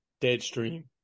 Deadstream